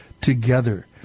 together